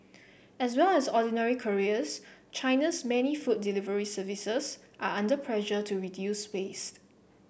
as well as ordinary couriers China's many food delivery services are under pressure to reduce waste